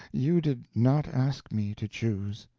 you did not ask me to choose.